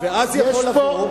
ואז יכול לבוא,